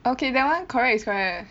okay that one correct is correct